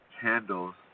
candles